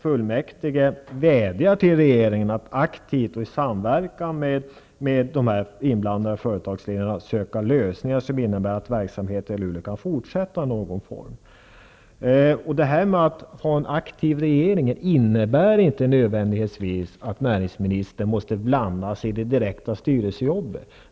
Fullmäktige vädjar till regeringen att aktivt och i samverkan med de inblandade företagsledningarna söka lösningar som innebär att verksamheten i Luleå kan fortsätta i någon form. Detta med att ha en aktiv regering innebär inte nödvändigtvis att näringsministern direkt måste blanda sig i styrelsearbetet.